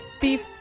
beef